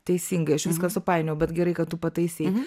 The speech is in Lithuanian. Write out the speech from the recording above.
teisingai aš viską supainiojau bet gerai kad tu pataisei